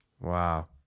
wow